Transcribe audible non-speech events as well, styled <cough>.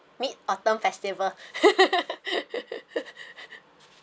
mid autumn festival <laughs>